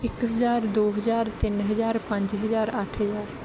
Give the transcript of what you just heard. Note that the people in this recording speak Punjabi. ਇੱਕ ਹਜ਼ਾਰ ਦੋ ਹਜ਼ਾਰ ਤਿੰਨ ਹਜ਼ਾਰ ਪੰਜ ਹਜ਼ਾਰ ਅੱਠ ਹਜ਼ਾਰ